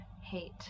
hate